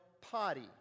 potty